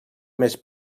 més